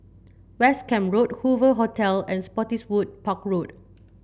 West Camp Road Hoover Hotel and Spottiswoode Park Road